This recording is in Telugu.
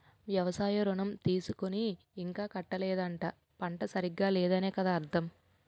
వ్యవసాయ ఋణం తీసుకుని ఇంకా కట్టలేదంటే పంట సరిగా లేదనే కదా అర్థం